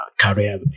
career